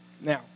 Now